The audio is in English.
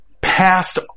past